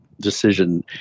decision